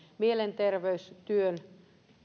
mielenterveystyön